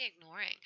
ignoring